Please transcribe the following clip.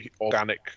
organic